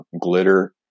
glitter